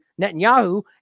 Netanyahu